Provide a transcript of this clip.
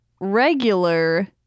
regular